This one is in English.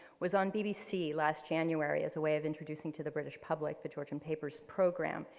was on bbc last january as a way of introducing to the british public, the georgian papers programme.